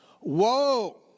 Woe